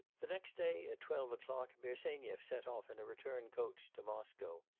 the next day at twelve o'clock, bersenyev set off in a return coach to moscow.